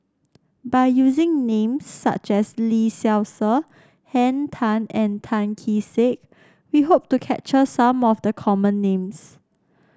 by using names such as Lee Seow Ser Henn Tan and Tan Kee Sek we hope to capture some of the common names